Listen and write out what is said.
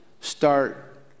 start